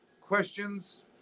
questions